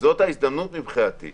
זו ההזדמנות לקרוא לכולם